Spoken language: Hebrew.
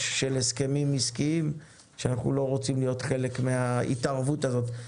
של הסכמים עסקיים שאנחנו לא רוצים להיות חלק מההתערבות הזאת.